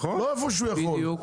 לא איפה שהוא יכול,